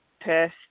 perth